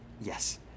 Yes